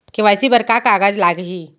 KYC बर का का कागज लागही?